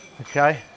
Okay